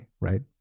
right